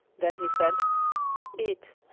then he said eat!